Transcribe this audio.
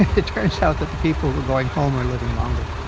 it turns out that the people who are going home are living longer